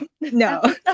no